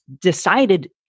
decided